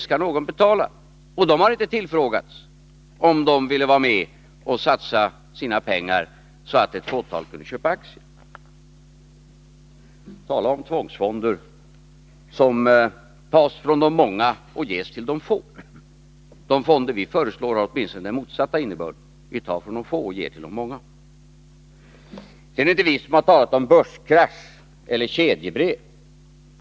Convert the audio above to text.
Skattebetalarna har inte tillfrågats om de vill vara med och satsa sina pengar, så att ett fåtal kan köpa aktier. Tala om tvångsfonder! Här tas från de många och ges till de få! De fonder vi föreslår har åtminstone den motsatta innebörden — vi tar från de få och ger till de många. Det är inte vi som har talat om börskrasch eller kedjebrev.